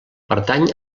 pertany